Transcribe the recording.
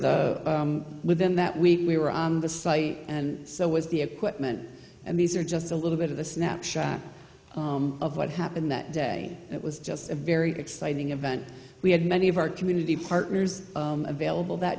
the within that we were on the site and so was the equipment and these are just a little bit of a snapshot of what happened that day it was just a very exciting event we had many of our community partners available that